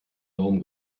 daumen